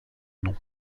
nom